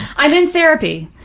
i'm in therapy.